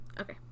Okay